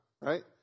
right